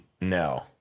No